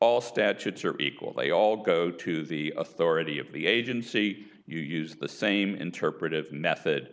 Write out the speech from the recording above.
all statutes are equal they all go to the authority of the agency you use the same interpretive method